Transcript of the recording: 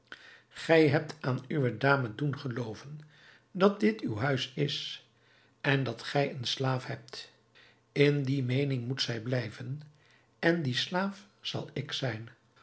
gij hebt aan uwe dame doen gelooven dat dit uw huis is en dat gij een slaaf hebt in die meening moet zij blijven en die slaaf zal ik zijn